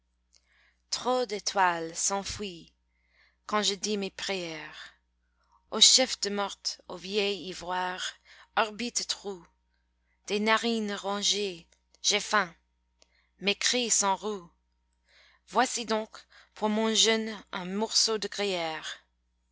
trop d'étoiles s'enfuient quand je dis mes prières ô chef de morte ô vieil ivoire orbites trous des narines rongées j'ai faim mes cris s'enrouent voici donc pour mon jeûne un morceau de gruyère